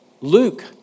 Luke